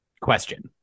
question